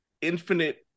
infinite